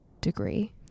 degree